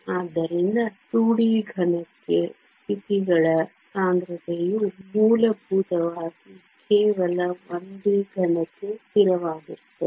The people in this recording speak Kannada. ಆದ್ದರಿಂದ 2D ಘನಕ್ಕೆ ಸ್ಥಿತಿಗಳ ಸಾಂದ್ರತೆಯು ಮೂಲಭೂತವಾಗಿ ಕೇವಲ 1D ಘನಕ್ಕೆ ಸ್ಥಿರವಾಗಿರುತ್ತದೆ